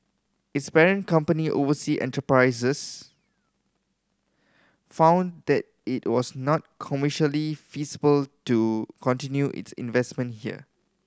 its parent company Oversea Enterprise found that it was not commercially feasible to continue its investment here